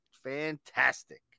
Fantastic